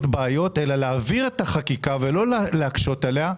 בעיות אלא להעביר את החקיקה ולא להקשות עליה,